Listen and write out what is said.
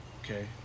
Okay